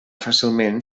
fàcilment